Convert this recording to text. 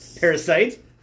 Parasite